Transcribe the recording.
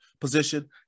position